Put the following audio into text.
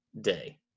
Day